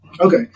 Okay